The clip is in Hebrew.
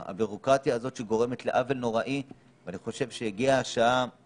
והביורוקרטיה הזאת שגורמת לעוול נוראי אני חושב שהגעה השעה